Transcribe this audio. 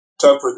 tougher